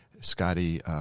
Scotty